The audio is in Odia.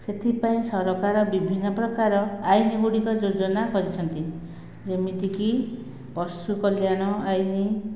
ସେଥିପାଇଁ ସରକାର ବିଭିନ୍ନ ପ୍ରକାର ଆଇନ୍ ଗୁଡ଼ିକ ଯୋଜନା କରିଛନ୍ତି ଯେମିତି କି ପଶୁକଲ୍ୟାଣ ଆଇନ୍